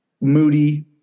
Moody